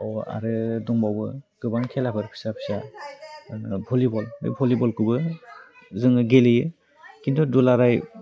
अह आरो दंबावो गोबां खेलाफोर फिसा फिसा बलिबल बे बलिबलखौबो जोङो गेलेयो खिन्थु दुलाराइ